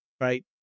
right